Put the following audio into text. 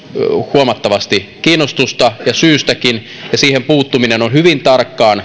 huomattavasti kiinnostusta ja syystäkin ja siihen puuttuminen on hyvin tarkkaan